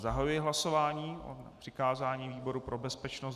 Zahajuji hlasování o přikázání výboru pro bezpečnost.